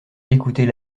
écouter